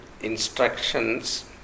instructions